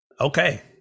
okay